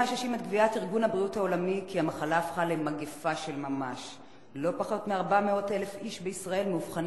המחלה פוגעת בכ-7% מן האוכלוסייה,